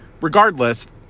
regardless